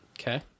Okay